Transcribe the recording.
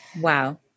Wow